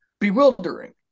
bewildering